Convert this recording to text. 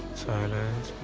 silence!